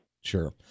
Sure